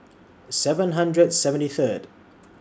seven hundred seventy Third